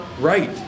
right